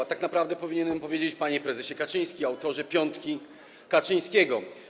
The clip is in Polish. A tak naprawdę powinienem powiedzieć: Panie prezesie Kaczyński, autorze piątki Kaczyńskiego.